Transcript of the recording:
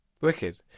Wicked